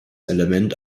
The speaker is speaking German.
element